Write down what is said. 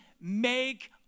make